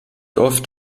oft